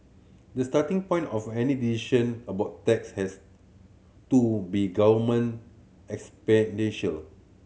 the starting point of any decision about tax has to be government expenditure